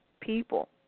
people